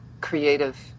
creative